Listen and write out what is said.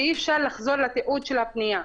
שאי אפשר לחזור לתיעוד של הפנייה.